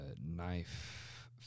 knife